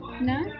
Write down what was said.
No